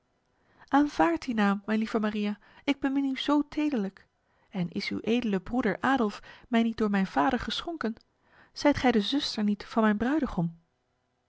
aanvaard die naam mijn lieve maria ik bemin u zo tederlijk en is uw edele broeder adolf mij niet door mijn vader geschonken zijt gij de zuster niet van mijn bruidegom